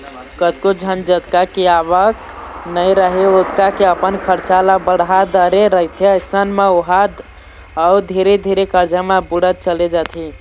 कतको झन जतका के आवक नइ राहय ओतका के अपन खरचा ल बड़हा डरे रहिथे अइसन म ओहा अउ धीरे धीरे करजा म बुड़त चले जाथे